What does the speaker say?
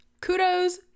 Kudos